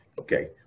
okay